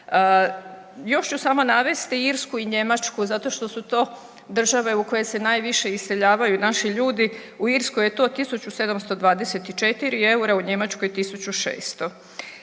Još ću samo navesti Irsku i Njemačku zato što su to države u koje se najviše iseljavaju naši ljudi u Irskoj je to 1.724 EUR-a, u Njemačkoj 1.600.